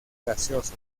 gaseoso